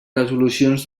resolucions